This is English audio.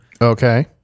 Okay